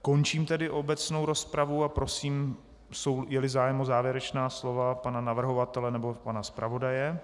Končím tedy obecnou rozpravu a prosím, jeli zájem o závěrečná slova pana navrhovatele nebo pana zpravodaje.